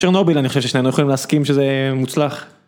צ'רנוביל, אני חושב ששנינו יכולים להסכים שזה מוצלח.